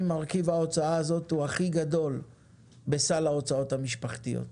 מרכיב ההוצאה הזאת הוא הכי גדול בסל ההוצאות המשפחתי.